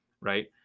right